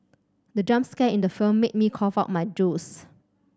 the jump scare in the film made me cough out my juice